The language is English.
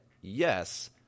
yes